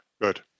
Good